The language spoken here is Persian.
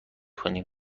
کنیم